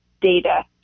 data